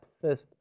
first